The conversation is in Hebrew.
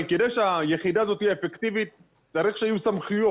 אבל כדי שהיחידה הזאת תהיה אפקטיבית צריך שיהיו סמכויות,